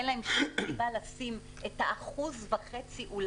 אין להן שום סיבה לשים אחוז וחצי כי